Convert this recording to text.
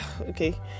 okay